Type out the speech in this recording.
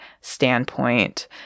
standpoint